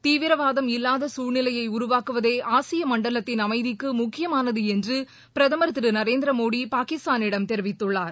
தீவிரவாதம் இல்லாதகுழ்நிலையைஉருவாக்குவதேஆசியமண்டலத்தின் அமைதிக்குமுக்கியமானதுஎன்றுபிரதமர் திருநரேந்திரமோடிபாகிஸ்தானிடம் தெரிவித்துள்ளார்